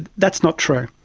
that's not true.